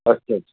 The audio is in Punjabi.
ਅੱਛਾ ਜੀ